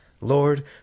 Lord